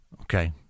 Okay